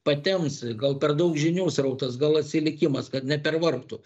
patemps gal per daug žinių srautas gal atsilikimas kad nepervargtų